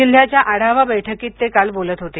जिल्ह्याच्या आढवा बैठकीत ते काल बोलत होते